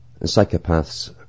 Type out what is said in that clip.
psychopaths